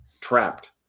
trapped